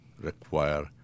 require